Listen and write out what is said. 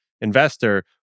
investor